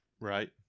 Right